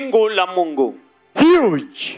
Huge